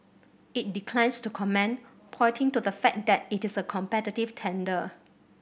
it declined to comment pointing to the fact that it is a competitive tender